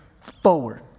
forward